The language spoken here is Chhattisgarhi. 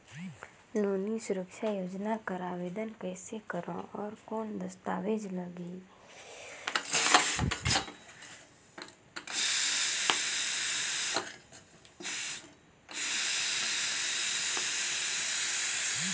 नोनी सुरक्षा योजना कर आवेदन कइसे करो? और कौन दस्तावेज लगही?